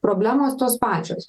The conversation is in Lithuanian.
problemos tos pačios